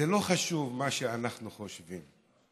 זה לא חשוב מה שאנחנו חושבים,